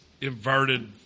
inverted